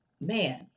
man